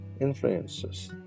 influences